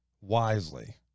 wisely